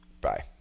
Bye